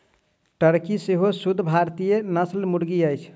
Turkey सेहो शुद्ध भारतीय नस्लक मुर्गी अछि